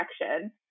direction